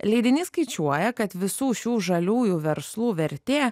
leidinys skaičiuoja kad visų šių žaliųjų verslų vertė